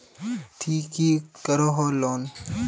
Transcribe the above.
ती की करोहो लोन?